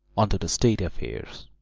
on to the state affairs